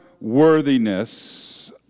worthiness